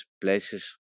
places